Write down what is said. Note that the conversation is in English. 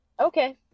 Okay